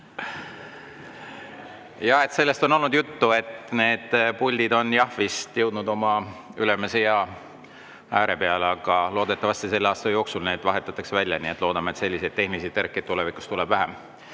Jaa, sellest on olnud juttu, et need puldid on, jah, vist jõudnud oma ülemise ea ääre peale, aga loodetavasti selle aasta jooksul need vahetatakse välja. Nii et loodame, et selliseid tehnilisi tõrkeid tulevikus tuleb vähem.